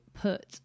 put